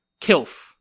kilf